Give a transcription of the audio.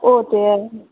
ओह् ते ऐ